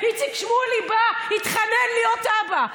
איציק שמולי בא, התחנן להיות אבא.